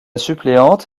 suppléante